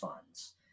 funds